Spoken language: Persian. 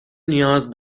نیاز